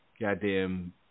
goddamn